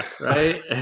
right